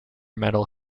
metal